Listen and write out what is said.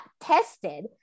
tested